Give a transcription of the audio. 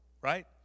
right